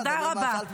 תודה רבה.